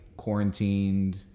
quarantined